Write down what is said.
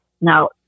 Now